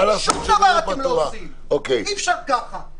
אי-אפשר ככה,